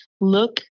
look